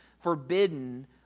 forbidden